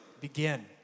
begin